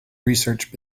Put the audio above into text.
research